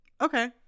Okay